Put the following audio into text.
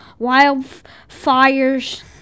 Wildfires